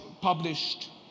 published